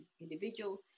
individuals